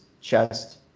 chest